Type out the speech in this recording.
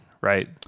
right